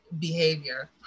behavior